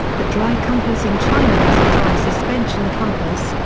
the dry compass in china was a dry suspension compass,